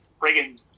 friggin